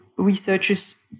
researchers